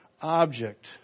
object